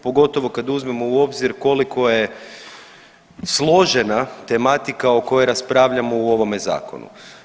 Pogotovo kad uzmemo u obzir koliko je složena tematika o kojoj raspravljamo u ovome zakonu.